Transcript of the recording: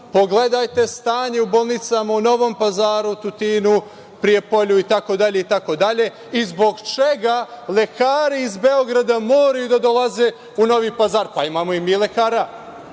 pogledajte stanje u bolnicama u Novom Pazaru, Tutinu, Prijepolju, itd, itd. i zbog čega lekari iz Beograda moraju da dolaze u Novi Pazar, pa imamo i mi lekara,